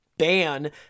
ban